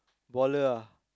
baller ah